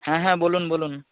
হ্যাঁ হ্যাঁ বলুন বলুন